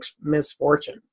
misfortune